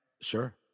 Sure